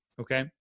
Okay